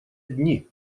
одни